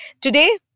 Today